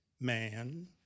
man